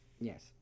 Yes